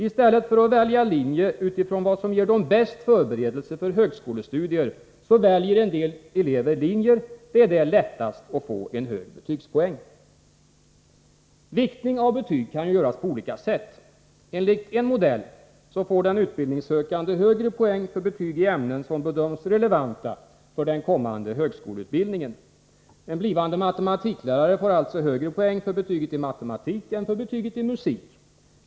I stället för att välja linje utifrån vad som ger den bästa förberedelsen för högskolestudier, väljer en del elever linjer där det är lättast att få en hög betygspoäng. Viktning av betyg kan göras på olika sätt. Enligt en modell får den utbildningssökande högre poäng för betyg i ämnen som bedöms relevanta för den kommande högskoleutbildningen. En blivande matematiklärare får alltså högre poäng för betyget i matematik än för betyget i musik.